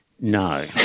No